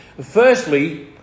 Firstly